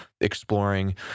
exploring